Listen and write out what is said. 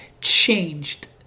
changed